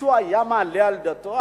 מישהו היה מעלה על דעתו?